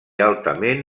altament